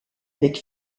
avec